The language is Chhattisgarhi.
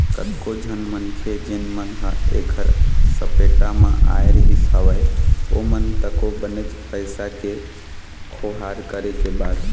कतको झन मनखे जेन मन ह ऐखर सपेटा म आय रिहिस हवय ओमन तको बनेच पइसा के खोहार करे के बाद